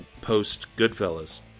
post-Goodfellas